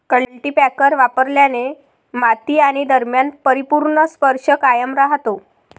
cultipacker वापरल्याने माती आणि दरम्यान परिपूर्ण स्पर्श कायम राहतो